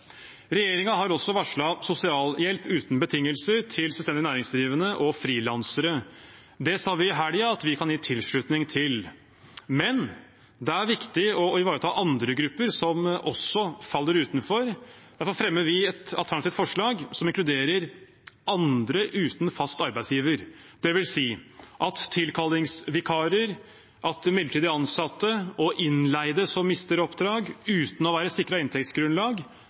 har også varslet sosialhjelp uten betingelser til selvstendig næringsdrivende og frilansere. Det sa vi i helgen at vi kan gi tilslutning til, men det er viktig å ivareta andre grupper som også faller utenfor. Derfor fremmer vi et alternativt forslag som inkluderer andre uten fast arbeidsgiver, dvs. at tilkallingsvikarer, midlertidig ansatte og innleide som mister oppdrag uten å være sikret inntektsgrunnlag,